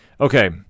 Okay